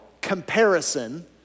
comparison